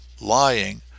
lying